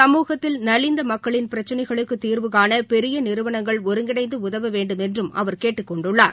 சமூகத்தில் நலிந்த மக்களின் பிரச்சினைகளுக்குத் தீர்வுகாண பெரிய நிறுவனங்கள் ஒருங்கிணைந்து உதவ வேண்டுமென்றும் அவர் கேட்டுக் கொண்டுள்ளார்